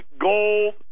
gold